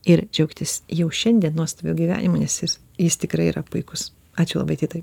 ir džiaukitės jau šiandien nuostabiu gyvenimu nes jis jis tikrai yra puikus ačiū labai titai